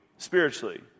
spiritually